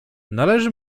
należy